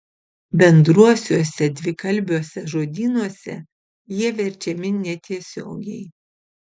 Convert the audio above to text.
bendruosiuose dvikalbiuose žodynuose jie verčiami netiesiogiai